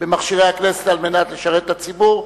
במכשירי הכנסת על מנת לשרת את הציבור,